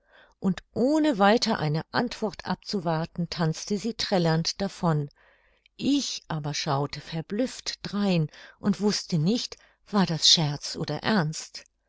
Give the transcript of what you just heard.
und ohne weiter eine antwort abzuwarten tanzte sie trällernd davon ich aber schaute verblüfft drein und wußte nicht war das scherz oder ernst